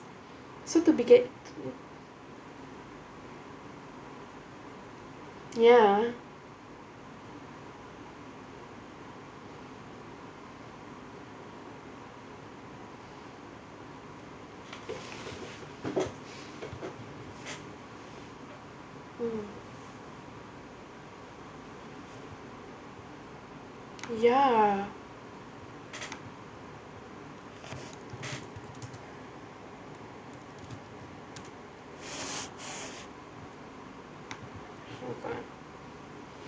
so duplicate ya mm ya